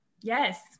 Yes